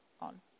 on